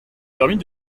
permis